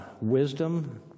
wisdom